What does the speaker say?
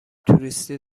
توریستی